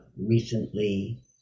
recently